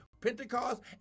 Pentecost